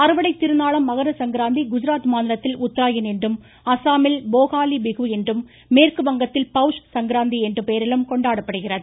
அறுவடைத் திருநாளாம் மகர சங்கராந்தி குஜராத் மாநிலத்தில் உத்ராயன் என்றும் அஸாமில் போகாலி பிகு என்றும் மேற்குவங்கத்தில் பௌஷ் சங்கராந்தி என்னும் பெயரிலும் கொண்டாடப்படுகிறது